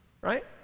right